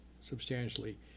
substantially